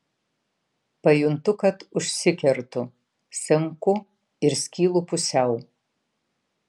pajuntu kad užsikertu senku ir skylu pusiau